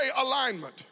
alignment